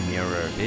Mirror